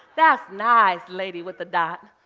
that's nice, lady with the dot.